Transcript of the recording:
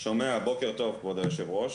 בוקר טוב, כבוד יושב הראש.